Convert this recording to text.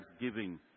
thanksgiving